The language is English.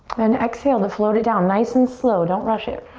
and exhale to float it down nice and slow, don't rush it.